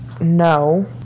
No